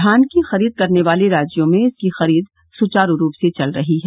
धान की खरीद करने वाले राज्यों में इसकी खरीद सुचारू रूप से चल रही है